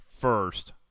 first